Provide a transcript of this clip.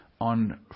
on